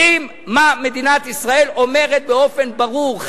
יודעים מה מדינת ישראל אומרת באופן ברור,